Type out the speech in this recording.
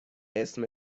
اسم